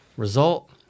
result